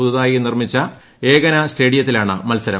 പുതുതായി നിർമ്മിച്ച ഏകനാ സ്റ്റേഡിയത്തിലാണ് മത്സരം